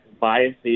biases